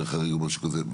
חדר חריג או משהו כזה.